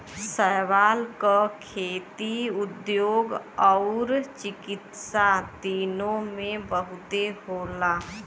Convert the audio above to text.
शैवाल क खेती, उद्योग आउर चिकित्सा तीनों में बहुते होला